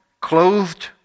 clothed